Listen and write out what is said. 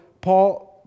Paul